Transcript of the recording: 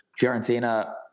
Fiorentina